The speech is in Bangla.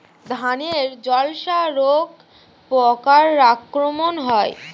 ধানের ঝলসা রোগ পোকার আক্রমণে হয়?